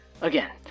Again